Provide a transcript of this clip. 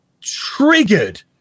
triggered